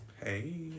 Hey